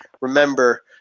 Remember